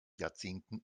jahrzehnten